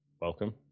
Welcome